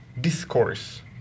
discourse